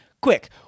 Quick